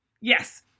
Yes